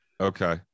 Okay